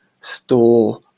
store